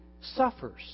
suffers